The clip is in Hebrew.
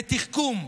בתחכום,